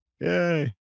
yay